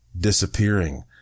disappearing